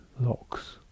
locks